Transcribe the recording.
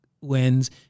wins